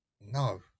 no